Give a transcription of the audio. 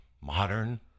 modern